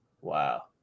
Wow